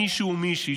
מישהו או מישהי,